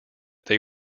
they